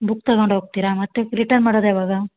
book ತಗೊಂಡು ಹೋಗ್ತೀರ ಮತ್ತೆ ರಿಟನ್ ಮಾಡೋದು ಯಾವಾಗ